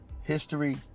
history